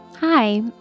Hi